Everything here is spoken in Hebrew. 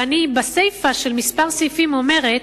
ובסיפא של כמה סעיפים אני אומרת: